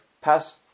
past